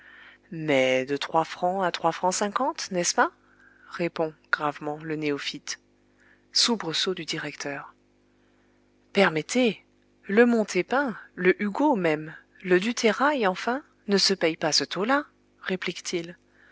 mais de trois francs à trois francs cinquante nest ce pas répond gravement le néophyte soubresaut du directeur permettez le montépin le hugo même le du terrail enfin ne se payent pas ce taux là réplique t il